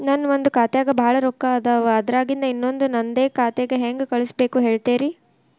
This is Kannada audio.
ನನ್ ಒಂದ್ ಖಾತ್ಯಾಗ್ ಭಾಳ್ ರೊಕ್ಕ ಅದಾವ, ಅದ್ರಾಗಿಂದ ಇನ್ನೊಂದ್ ನಂದೇ ಖಾತೆಗೆ ಹೆಂಗ್ ಕಳ್ಸ್ ಬೇಕು ಹೇಳ್ತೇರಿ?